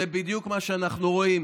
זה בדיוק מה שאנחנו רואים,